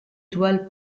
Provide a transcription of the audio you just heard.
toiles